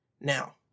Now